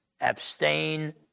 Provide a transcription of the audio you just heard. abstain